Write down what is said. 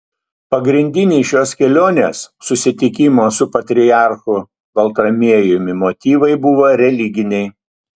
pagrindiniai šios kelionės susitikimo su patriarchu baltramiejumi motyvai buvo religiniai